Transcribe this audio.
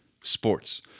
sports